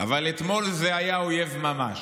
אבל אתמול זה היה אויב ממש.